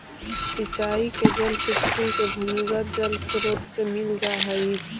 सिंचाई के जल पृथ्वी के भूमिगत जलस्रोत से मिल जा हइ